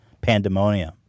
Pandemonium